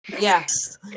Yes